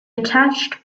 attached